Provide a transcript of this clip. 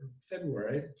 February